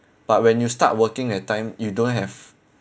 but when you start working that time you don't have